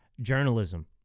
journalism